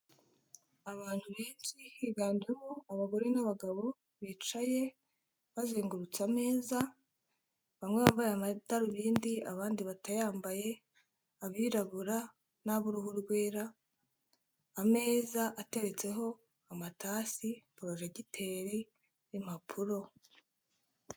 Abantu benshi higanjemo abagore n'abagabo bicaye bazengurutse ameza bamwe bambaye amadarubindi abandi batayambaye, abirabura n'ab'uruhu rwera, ameza ateretseho amatasi, polojegiteri n'impapuro.